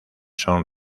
son